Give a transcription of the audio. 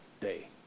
Day